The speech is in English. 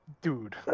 dude